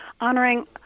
honoring